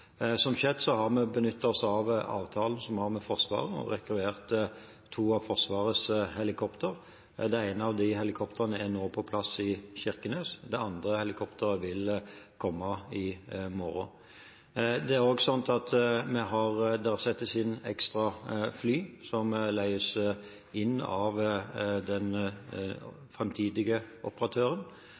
vi har rekvirert to av Forsvarets helikopter. Det ene av de helikoptrene er nå på plass i Kirkenes. Det andre helikopteret vil komme i morgen. Det settes inn ekstra fly, som leies inn av den framtidige operatøren,